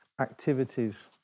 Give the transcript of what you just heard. activities